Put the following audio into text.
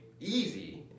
easy